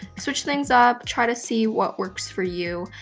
switch things up, try to see what works for you.